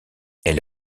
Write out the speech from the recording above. elle